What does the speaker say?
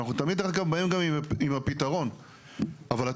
ולכן, זה נעשה בצורה לא נכונה.